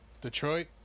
Detroit